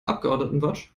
abgeordnetenwatch